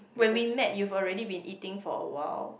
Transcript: when we met you have already been eating for awhile